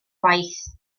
waith